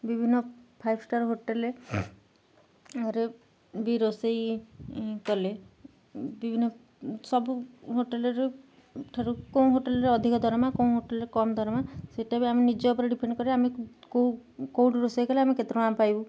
ବିଭିନ୍ନ five star hotel ରେ ବି ରୋଷେଇ କଲେ ବିଭିନ୍ନ ସବୁ ହୋଟେଲ୍ରେ ଠାରୁ କେଉଁ ହୋଟେଲ୍ରେ ଅଧିକ ଦରମା କେଉଁ ହୋଟେଲ୍ରେ କମ୍ ଦରମା ସେଇଟା ବି ଆମେ ନିଜ ଉପରେ ଡିପେଣ୍ଡ୍ କରେ ଆମେ କେଉଁ କେଉଁଠୁ ରୋଷେଇ କଲେ ଆମେ କେତେ ଟଙ୍କା ପାଇବୁ